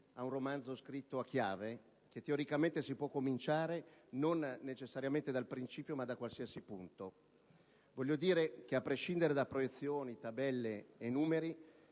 ad un romanzo scritto a chiave, che teoricamente si può cominciare non necessariamente dal principio ma da qualsiasi punto. Voglio dire che, anche a prescindere da proiezioni, tabelle e numeri,